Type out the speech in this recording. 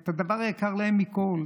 את הדבר היקר להם מכול,